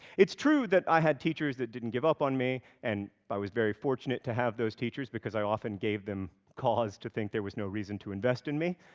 it's true that i had teachers that didn't give up on me, and i was very fortunate to have those teachers, because i often gave them cause to think there was no reason to invest in me.